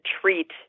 treat